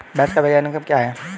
भैंस का वैज्ञानिक नाम क्या है?